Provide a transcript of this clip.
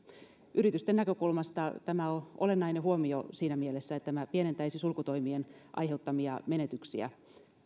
yritysten näkökulmasta tämä on olennainen huomio siinä mielessä että tämä pienentäisi sulkutoimien aiheuttamia menetyksiä